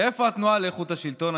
ואיפה התנועה לאיכות השלטון?